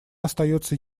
остается